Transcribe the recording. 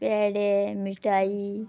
पेडे मिठाई